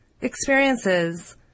experiences